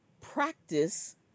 practice